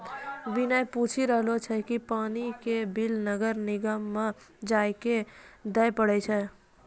विनय पूछी रहलो छै कि पानी के बिल नगर निगम म जाइये क दै पड़ै छै?